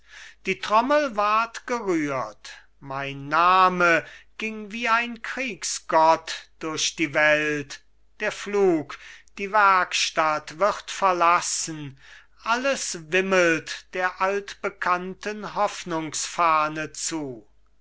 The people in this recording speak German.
die trommel ward gerührt mein name ging wie ein kriegsgott durch die welt der pflug die werkstatt wird verlassen alles wimmelt der altbekannten hoffnungsfahne zu